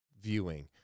viewing